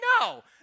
no